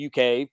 UK